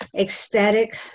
ecstatic